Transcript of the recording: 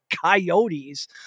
Coyotes